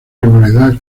rivalidad